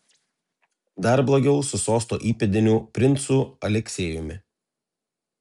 dar blogiau su sosto įpėdiniu princu aleksiejumi